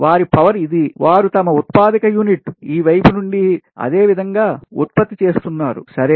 వారి పవర్ ఇది వారు తమ ఉత్పాదక యూనిట్ ఈ వైపు నుండి అదే విధంగా ఉత్పత్తి చేస్తున్నారు సరే